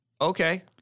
Okay